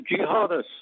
jihadists